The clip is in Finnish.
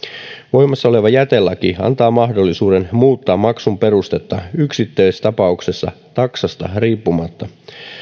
voimassa oleva jätelaki antaa mahdollisuuden muuttaa maksun perustetta yksittäistapauksessa taksasta riippumatta